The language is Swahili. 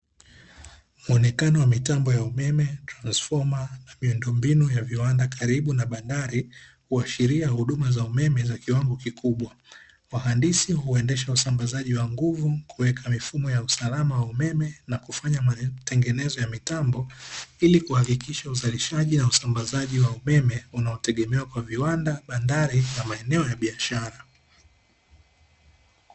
Muonekano wa mitambo ya umeme, transifoma na miundombinu ya viwanda karibu na bandari huashiria huduma za umeme za kiwango kikubwa. Wahandisi uendesha usambazaji wa nguvu kuweka mifumo ya usalama wa umeme na kufanya matengenezo ya mitambo ili kuhakikisha uzalishaji na usambazaji wa umeme unaotegemewa kwa viwanda, bandari na maeneo ya biashara.